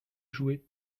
jouer